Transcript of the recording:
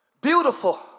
beautiful